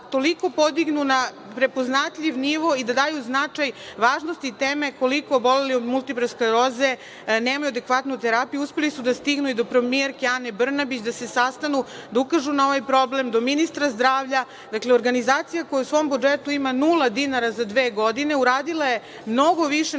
toliko podignu na prepoznatljiv nivo i da daju značaj važnosti teme koliko oboleli od multiple skleroze nemaju adekvatnu terapiju. Uspeli su da stignu i do premijerke Ane Brnabić da se sastanu, da ukažu na ovaj problem, do ministra zdravlja. Dakle, organizacija koja u svom budžetu ima nula dinara za dve godine uradila je mnogo više na